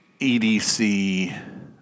EDC